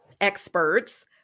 experts